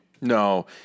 No